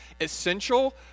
essential